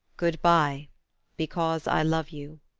good-by because i love you.